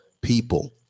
people